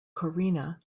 corrina